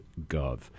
gov